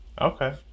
Okay